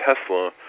Tesla